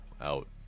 out